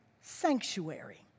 sanctuary